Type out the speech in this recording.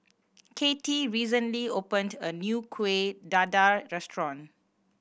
Katy recently opened a new Kueh Dadar restaurant